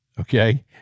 Okay